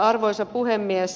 arvoisa puhemies